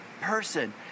person